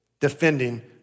defending